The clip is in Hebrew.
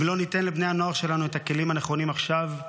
אם לא ניתן לבני הנוער שלנו את הכלים הנכונים עכשיו,